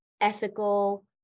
ethical